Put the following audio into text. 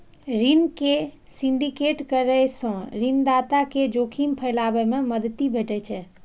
ऋण के सिंडिकेट करै सं ऋणदाता कें जोखिम फैलाबै मे मदति भेटै छै